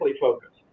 focused